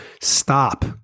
Stop